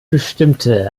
bestimmte